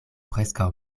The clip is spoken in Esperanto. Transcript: preskaŭ